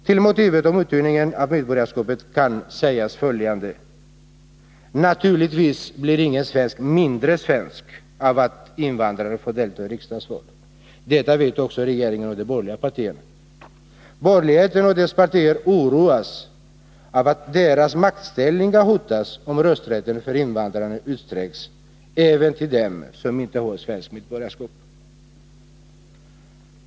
Till motivet om uttunningen av medborgarskapet kan sägas följande. Naturligtvis blir ingen svensk mindre svensk av att invandrare får delta i riksdagsval. Detta vet också regeringen och de borgerliga partierna. Borgerligheten och dess partier oroas av att deras maktställning kan hotas, om rösträtten för invandrare utsträcks även till dem som inte har svenskt medborgarskap.